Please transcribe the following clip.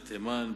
בתימן,